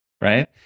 right